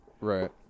Right